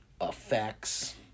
effects